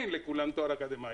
אין לכולם תואר אקדמאי.